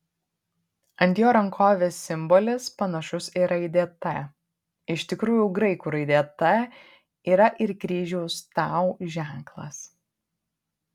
ant jo rankovės simbolis panašus į raidę t iš tikrųjų graikų raidė t yra ir kryžiaus tau ženklas